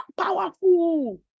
powerful